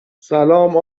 سلام